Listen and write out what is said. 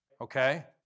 Okay